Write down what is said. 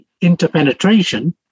interpenetration